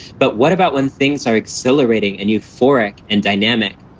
but what about when things are exhilarating and euphoric and dynamic?